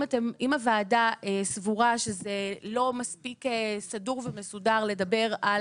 אם הוועדה סבורה שזה לא מספיק סדור ומסודר לדבר על